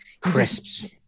crisps